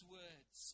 words